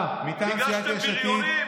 והגנת הסביבה,